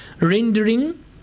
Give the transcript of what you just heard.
rendering